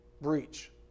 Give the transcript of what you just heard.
breach